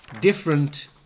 different